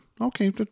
okay